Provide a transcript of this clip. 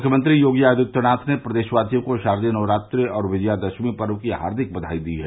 मुख्यमंत्री योगी आदित्यनाथ ने प्रदेशवासियों को शारदीय नवरात्रि और विजयादरामी पर्व की हार्दिक ब्याई दी है